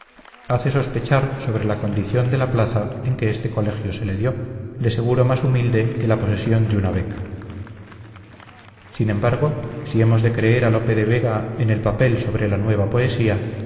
hace sospechar sobre la condición de la plaza que en este coleio se le dio de seguro más humilde que la posesión de una beca sin embargo si hemos de creer a lope de vega en el papel sobre la nueva poesía